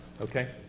Okay